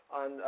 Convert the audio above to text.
on